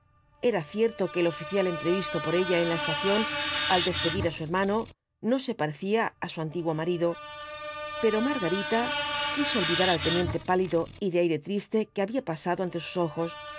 era cierto que el oficial entrevisto por ella en la estación al despedir á su hermano no se parecía á su antiguo marido pero margarita quiso olvidar al teniente pálido y de aire triste que había pasado ante sus ojos